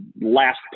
last